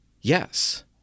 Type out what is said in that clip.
Yes